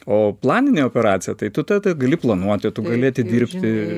o planinė operacija tai tu tada gali planuoti tu gali atidirbti